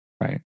right